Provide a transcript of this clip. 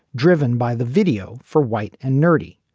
driven by the video for white and nerdy.